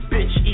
Bitch